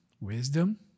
wisdom